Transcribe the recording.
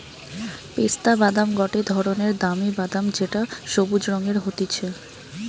পেস্তা বাদাম গটে ধরণের দামি বাদাম যেটো সবুজ রঙের হতিছে